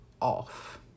off